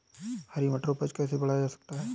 हरी मटर की उपज को कैसे बढ़ाया जा सकता है?